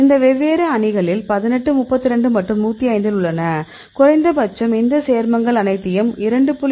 இந்த வெவ்வேறு அணிகளில் 18 32 மற்றும் 105 இல் உள்ளன குறைந்தபட்சம் இந்த சேர்மங்கள் அனைத்தையும் 2